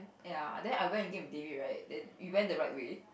ya then I went again with David right then we went the right way